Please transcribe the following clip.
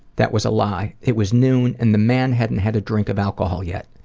that was a lie. it was noon and the man hadn't had a drink of alcohol yet.